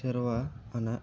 ᱥᱮᱨᱨᱣᱟ ᱟᱱᱟᱜ